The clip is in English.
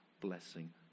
blessing